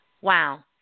Wow